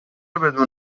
بدون